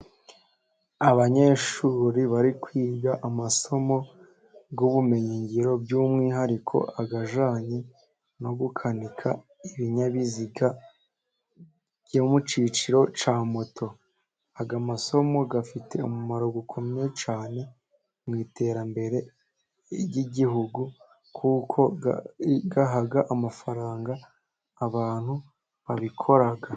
Abanyeshuri bari kwiga amasomo y'ubumenyingiro, by'umwihariko ajyanye no gukanika, ibinyabiziga byo mu cyiciro cya moto, aya masomo afite umumaro ukomeye cyane mu iterambere ry'igihugu, kuko uha amafaranga abantu babikora.